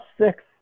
six